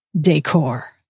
Decor